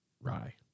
rye